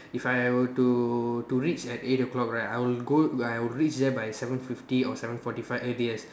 if I were to to reach at eight O-clock right I will go I will reach there by seven fifty or seven forty five earliest